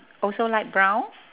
also light brown